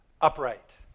Upright